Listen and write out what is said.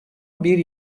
bir